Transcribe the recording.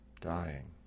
dying